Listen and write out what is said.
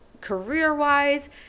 career-wise